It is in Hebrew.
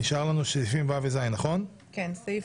נעבור לסעיף